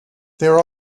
there